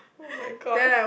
oh-my-god